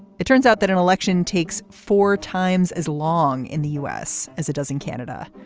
it turns out that an election takes four times as long. in the u s. as it does in canada.